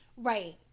Right